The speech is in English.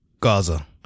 Gaza